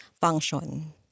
function